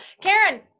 Karen